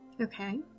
Okay